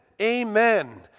amen